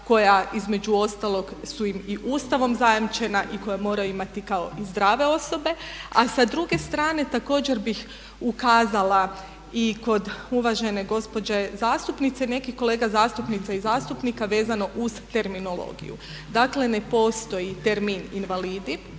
koja između ostalog su im i Ustavom zajamčena i koja moraju imati kao i zdrave osobe. A sa druge strane također bih ukazala i kod uvažene gospođe zastupnice, nekih kolega zastupnica i zastupnika vezano uz terminologiju. Dakle, ne postoji termin invalidi